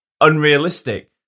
unrealistic